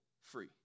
free